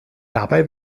dabei